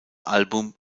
album